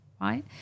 right